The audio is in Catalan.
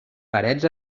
parets